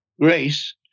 grace